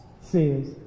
says